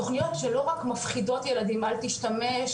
תוכניות לא רק שמפחידות ילדים: 'אל תשתמש,